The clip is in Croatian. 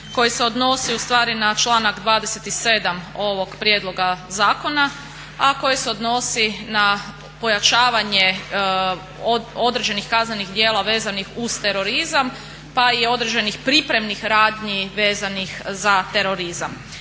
koji se odnosi ustvari na članak 27. ovog prijedloga zakona, a koji se odnosi na pojačavanje određenih kaznenih djela vezanih uz terorizam pa i određenih pripremnih radnji vezanih za terorizam.